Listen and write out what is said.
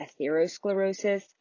atherosclerosis